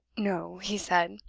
no, he said,